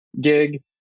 gig